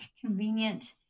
convenient